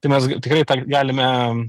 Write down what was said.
tai mes tikrai galime